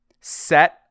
Set